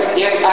yes